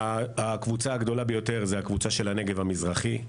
הקבוצה הגדולה ביותר היא הקבוצה של הנגב המזרחי,